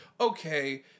Okay